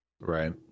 Right